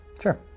Sure